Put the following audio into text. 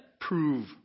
prove